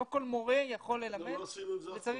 לא כל מורה יכול ללמד --- לא עשינו את זה אף פעם.